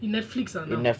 in netflix ah now